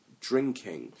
drinking